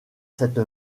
cette